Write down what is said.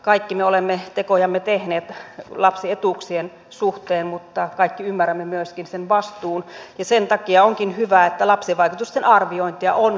kaikki me olemme tekojamme tehneet lapsietuuksien suhteen mutta kaikki ymmärrämme myöskin sen vastuun ja sen takia onkin hyvä että lapsivaikutusten arviointia on